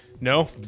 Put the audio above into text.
no